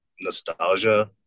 nostalgia